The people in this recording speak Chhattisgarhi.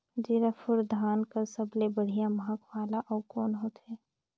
जीराफुल धान कस सबले बढ़िया महक वाला अउ कोन होथै?